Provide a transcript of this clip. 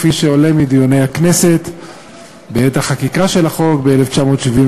כפי שעולה מדיוני הכנסת בעת החקיקה של החוק ב-1972,